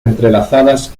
entrelazadas